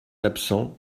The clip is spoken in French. absent